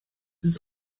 ist